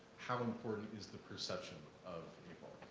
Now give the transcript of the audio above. how important is the perception of